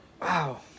Wow